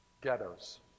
ghettos